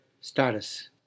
status